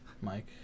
Mike